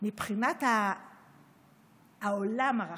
מבחינת העולם הרחב,